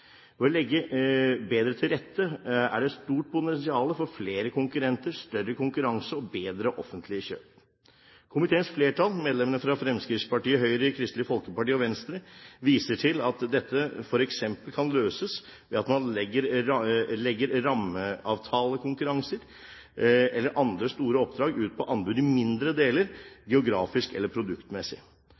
Ved å legge bedre til rette er det stort potensial for flere konkurrenter, større konkurranse og bedre offentlige kjøp. Komiteens flertall, medlemmene fra Fremskrittspartiet, Høyre, Kristelig Folkeparti og Venstre, viser til at dette f.eks. kan løses ved at man legger rammeavtalekonkurranser eller andre store oppdrag ut på anbud i mindre deler, geografisk eller produktmessig.